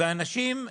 ואנשים,